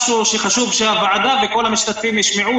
משהו שחשוב שהוועדה וכל המשתתפים ישמעו